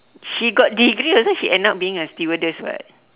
she got degree that's why she end up being a stewardess [what]